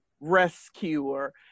rescuer